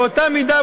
באותה מידה,